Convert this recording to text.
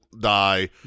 die